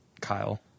Kyle